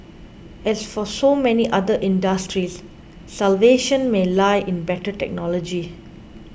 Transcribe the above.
as for so many other industries salvation may lie in better technology